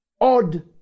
odd